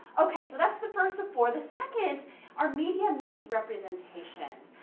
okay, so that's the first of four. the second are media misrepresentations.